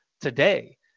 today